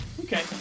Okay